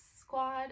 squad